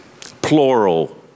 Plural